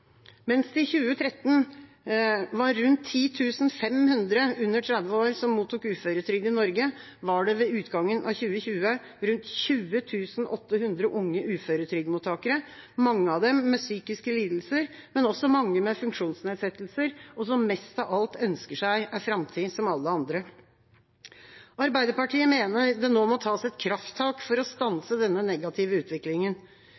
Mens det i 2013 var rundt 10 500 under 30 år som mottok uføretrygd i Norge, var det ved utgangen av 2020 rundt 20 800 unge uføretrygdmottakere, mange av dem med psykiske lidelser, men også mange med funksjonsnedsettelser, og som mest av alt ønsker seg en framtid som alle andre. Arbeiderpartiet mener det nå må tas et krafttak for å